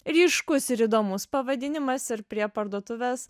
ryškus ir įdomus pavadinimas ir prie parduotuvės